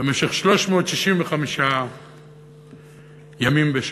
במשך 365 ימים בשנה.